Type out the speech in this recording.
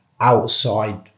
outside